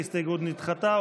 ההסתייגות נדחתה.